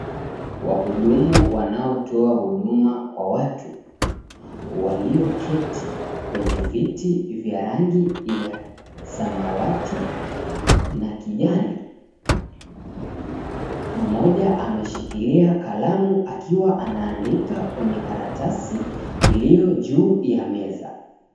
Wahudumu wanaotoa huduma kwa watu, walioketi kwenye viti ya rangi ya samawati na kijani, mmoja ameshikilia kalamu akiwa anaandika kwenye karatasi iliyo juu ya meza.